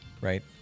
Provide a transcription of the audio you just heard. right